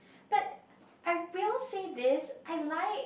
but I will say this I like